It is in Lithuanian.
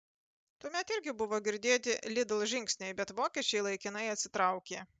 tuomet irgi buvo girdėti lidl žingsniai bet vokiečiai laikinai atsitraukė